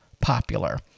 popular